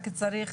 רק צריך